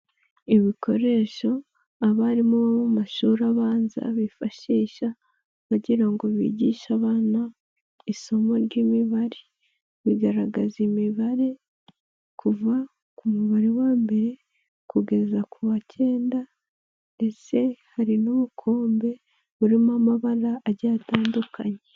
Ibikoresho abarimu bo mu mashuri abanza bifashisha bagira ngo bigishe abana isomo ry'imibare, bigaragaza imibare kuva ku mubare wa mbere, kugeza ku wa cyenda ndetse hari n'ubukombe buririmo amabara atandukanye.